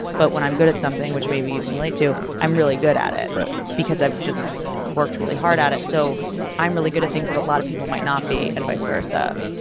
but when i'm good at something, which maybe you can relate to, i'm really good at it because i've just worked really hard at it. so i'm really good at things that a lot of people might not be, and vice versa.